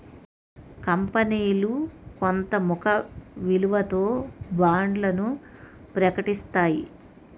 కంపనీలు కొంత ముఖ విలువతో బాండ్లను ప్రకటిస్తాయి